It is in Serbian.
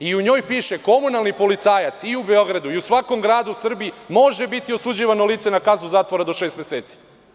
U njoj piše – komunalni policajac i u Beogradu i u svakom gradu u Srbiji može biti osuđivano lice na kaznu zatvora do šest meseci.